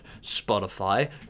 Spotify